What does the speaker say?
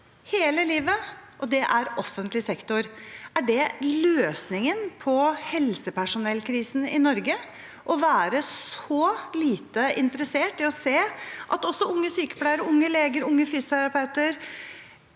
hele livet, og det er offentlig sektor? Er det løsningen på helsepersonellkrisen i Norge – å være så lite interessert i å se at også unge sykepleiere, unge leger, unge fysioterapeuter,